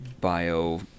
bio